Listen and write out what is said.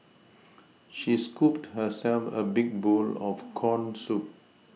she scooped herself a big bowl of corn soup